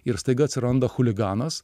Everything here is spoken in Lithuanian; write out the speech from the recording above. ir staiga atsiranda chuliganas